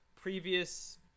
previous